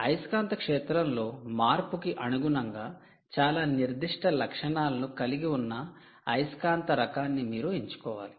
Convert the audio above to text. అయస్కాంత క్షేత్రంలో మార్పుకు అనుగుణంగా చాలా నిర్దిష్ట లక్షణాలను కలిగి ఉన్న అయస్కాంత రకాన్ని మీరు ఎంచుకోవాలి